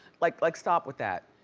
like like stop with that.